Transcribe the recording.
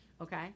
Okay